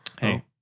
Hey